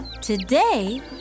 today